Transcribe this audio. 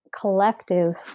collective